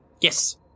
Yes